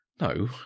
no